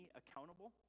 accountable